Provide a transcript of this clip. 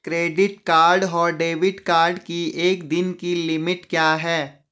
Credit card और debit card की एक दिन की लिमिट क्या है?